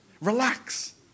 Relax